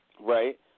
Right